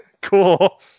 cool